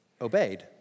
Obeyed